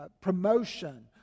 promotion